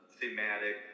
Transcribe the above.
thematic